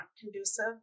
conducive